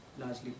largely